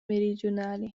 meridionale